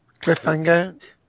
Cliffhanger